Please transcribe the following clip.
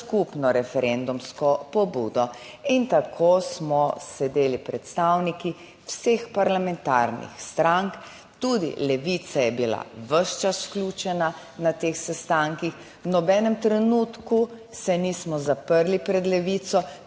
skupno referendumsko pobudo in tako smo sedeli predstavniki vseh parlamentarnih strank, tudi Levica je bila ves čas vključena na teh sestankih, v nobenem trenutku se nismo zaprli pred Levico,